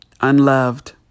unloved